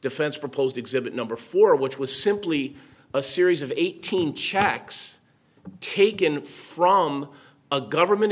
defense proposed exhibit number four which was simply a series of eighteen checks taken from a government